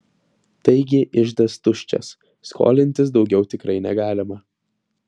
taigi iždas tuščias skolintis daugiau tikrai negalima